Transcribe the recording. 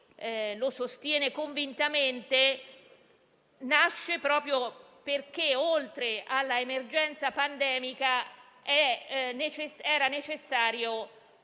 lo sostiene convintamente nascono proprio dal fatto che, oltre all'emergenza pandemica, era necessario